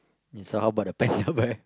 so how about the panda bear